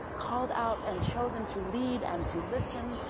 called out and chosen to lead and to listen,